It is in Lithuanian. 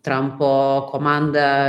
trampo komanda